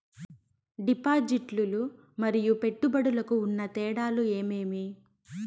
డిపాజిట్లు లు మరియు పెట్టుబడులకు ఉన్న తేడాలు ఏమేమీ?